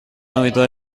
habitual